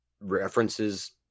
references